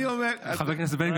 חבר הכנסת בן גביר,